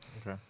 Okay